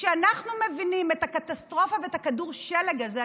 כשאנחנו מבינים את הקטסטרופה ואת כדור השלג הזה,